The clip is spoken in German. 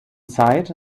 zeit